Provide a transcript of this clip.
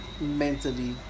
mentally